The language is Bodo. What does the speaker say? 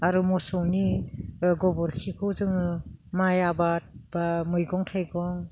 आरो मोसौनि गोबोरखिखौ जोङो माइ आबाद बा मैगं थाइगं